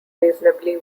reasonably